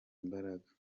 imbaraga